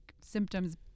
symptoms